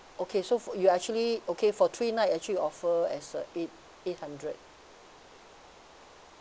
okay so for you actually okay for three night actually offer as uh e~ eight hundred